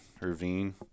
ravine